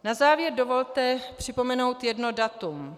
Na závěr dovolte připomenout jedno datum.